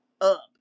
up